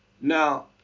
Now